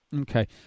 Okay